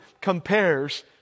compares